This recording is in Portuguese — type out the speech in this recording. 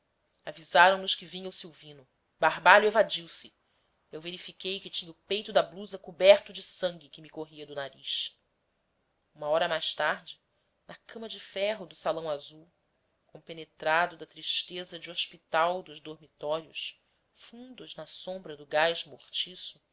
rápida avisaram nos que vinha o silvino barbalho evadiu se eu verifiquei que tinha o peito da blusa coberto de sangue que me corria do nariz uma hora mais tarde na cama de ferro do salão azul compenetrado da tristeza de hospital dos dormitórios fundos na sombra do gás mortiço